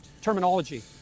terminology